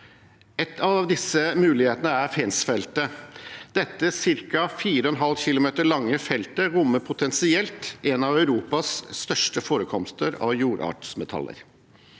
En av disse mulighetene er Fensfeltet. Dette ca. 4,5 km lange feltet rommer potensielt en av Europas største forekomster av jordartsmetaller.